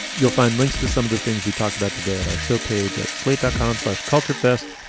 you'll find links to some of the things we talked about today at our show page at sleater complex culture first.